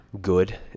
good